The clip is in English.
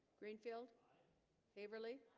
greenfield haverly